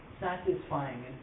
satisfying